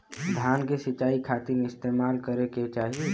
धान के सिंचाई खाती का इस्तेमाल करे के चाही?